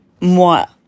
Moi